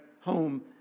home